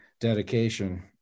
dedication